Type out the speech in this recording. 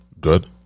Good